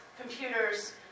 computers